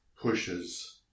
pushes